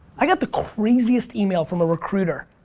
i got the craziest email from a recruiter.